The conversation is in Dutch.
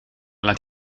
laat